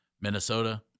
Minnesota